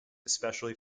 especially